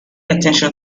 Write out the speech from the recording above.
attention